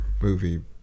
movie